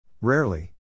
Rarely